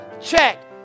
Check